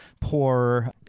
poor